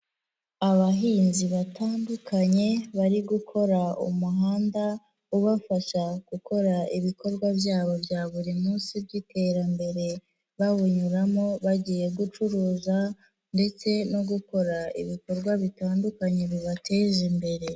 Abahinzi batandukanye bari gukora umuhanda ubafasha gukora ibikorwa byabo bya buri munsi by'iterambere. Bawunyuramo, bagiye gucuruza ndetse no gukora ibikorwa bitandukanye bibateza imbere.